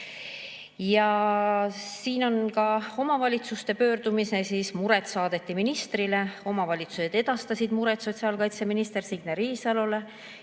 siin on ka omavalitsuste pöördumine, see saadeti ministrile. Omavalitsused edastasid oma mure sotsiaalkaitseminister Signe Riisalole.